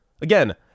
Again